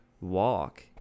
walk